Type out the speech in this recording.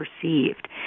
perceived